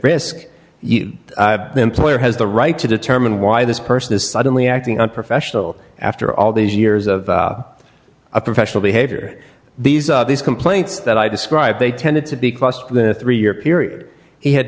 risk the employer has the right to determine why this person is suddenly acting unprofessional after all these years of a professional behavior these are these complaints that i describe they tended to be clustered in a three year period he had